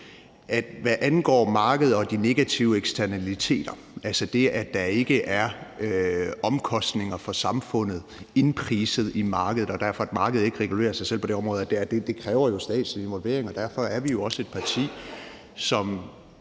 hvad angår markedet og de negative eksternaliteter, altså det, at der ikke er omkostninger for samfundet indpriset i markedet, og at markedet derfor ikke regulerer sig selv på det område, så kræver det jo statslig involvering, og derfor er vi også et parti, som